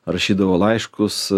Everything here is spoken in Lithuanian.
rašydavau laiškus